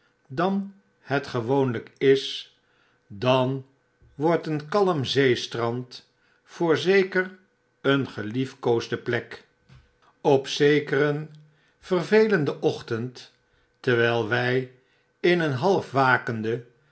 dan het gewoonlyk is dan wordt een kalm zeestrand voorzekereengeliefkoosdeplek op zekeren vervelenden ochtend terwyl wy in een half wakenden